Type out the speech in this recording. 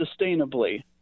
sustainably